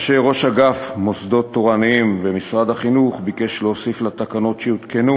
ראש אגף מוסדות תורניים במשרד החינוך ביקש להוסיף לתקנות שיותקנו